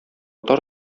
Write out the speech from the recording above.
тар